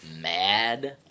mad